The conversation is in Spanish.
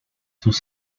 sus